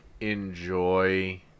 enjoy